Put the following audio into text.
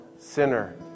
sinner